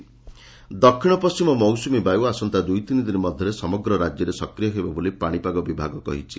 ପାଣିପାଗ ଦକ୍ଷିଣ ପଣ୍କିମ ମୌସୁମୀ ବାୟୁ ଆସନ୍ତା ଦୁଇ ତିନି ଦିନ ମଧରେ ସମଗ୍ର ରାକ୍ୟରେ ସକ୍ରିୟ ହେବ ବୋଲି ପାଶିପାଗ ବିଭାଗ କହିଛି